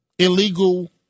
Illegal